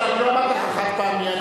חד-פעמי.